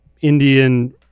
Indian